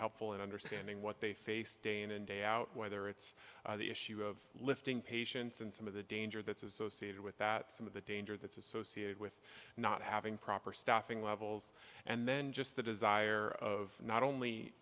helpful in understanding what they face day in and day out whether it's the issue of lifting patients and some of the danger that's associated with that some of the danger that's associated with not having proper staffing levels and then just the desire of not